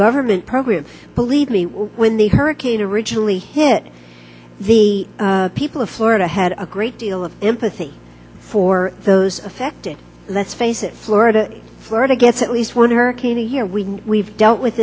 government program and believe me when the hurricane originally hit the people of florida had a great deal of sympathy for those affected let's face it florida florida gets at least one hurricane here we we've dealt with